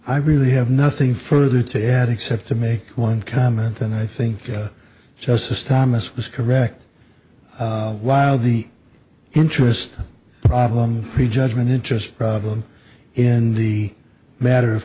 i really have nothing further to add except to make one comment and i think justice thomas was correct while the interest problem pre judgment interest problem in the matter of